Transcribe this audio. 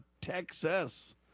Texas